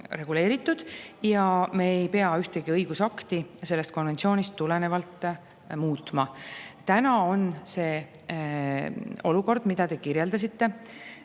reguleeritud ja me ei pea ühtegi õigusakti sellest konventsioonist tulenevalt muutma. See olukord, mida te kirjeldasite,